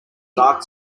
dark